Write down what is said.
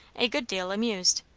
a good deal amused.